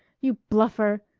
you bluffer!